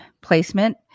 placement